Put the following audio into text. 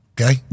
okay